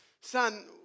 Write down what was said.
son